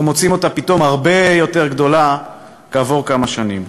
אנחנו מוצאים אותה פתאום הרבה יותר גדולה כעבור כמה שנים.